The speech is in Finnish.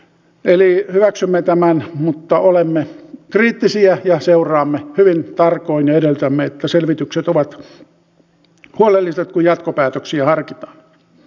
eli hyväksymme tämän mutta olemme kriittisiä ja seuraamme hyvin tarkoin ja edellytämme että selvitykset ovat huolelliset kun jatkopäätöksiä harkitaan